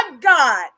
God